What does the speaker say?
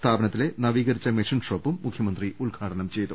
സ്ഥാപ നത്തിലെ നവീകരിച്ച മെഷീൻ ഷോപ്പും മുഖ്യമന്ത്രി ഉദ്ഘാടനം ചെയ്തു